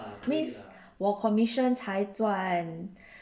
means 我 commission 才赚